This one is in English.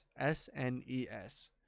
SNES